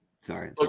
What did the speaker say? Sorry